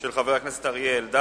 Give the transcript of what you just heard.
של חבר הכנסת אריה אלדד,